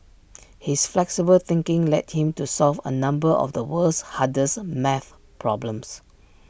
his flexible thinking led him to solve A number of the world's hardest math problems